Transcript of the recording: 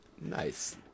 Nice